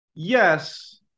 yes